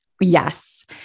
Yes